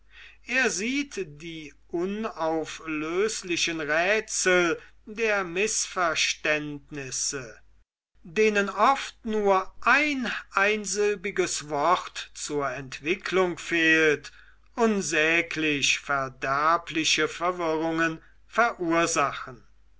er sieht die unauflöslichen rätsel der mißverständnisse denen oft nur ein einsilbiges wort zur entwicklung fehlt unsäglich verderbliche verwirrungen verursachen